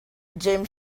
jim